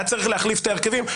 היה צריך להחליף את ההרכבים.